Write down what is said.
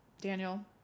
Daniel